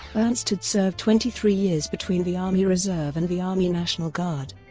ernst had served twenty three years between the army reserve and the army national guard.